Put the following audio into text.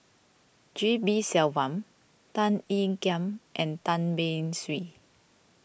G P Selvam Tan Ean Kiam and Tan Beng Swee